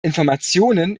informationen